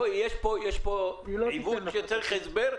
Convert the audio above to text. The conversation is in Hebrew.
אחרת יש פה עיוות שמצריך הסבר.